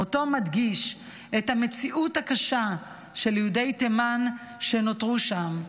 מותו מדגיש את המציאות הקשה של יהודי תימן שנותרו שם,